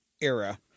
era